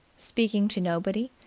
speaking to nobody,